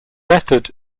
method